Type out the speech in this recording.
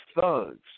thugs